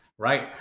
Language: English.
Right